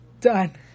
Done